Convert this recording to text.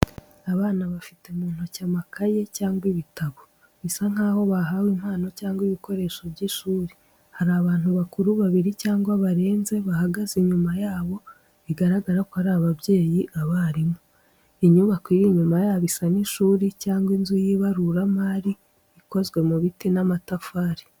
Abana bafite mu ntoki amakaye cyangwa ibitabo, bisa nkaho bahawe impano cyangwa ibikoresho by’ishuri. Hari abantu bakuru babiri cyangwa barenze bahagaze inyuma yabo, bigaragara ko ari ababyeyi, abarimu. Inyubako iri inyuma yabo isa n’ishuri cyangwa inzu y’ibaruramari, ikozwe mu biti n'amatafari.